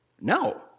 No